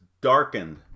darkened